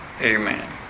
Amen